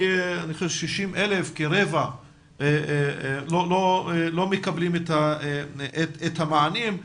אני חושב 60,000, כרבע לא מקבלים את המענים.